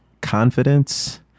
confidence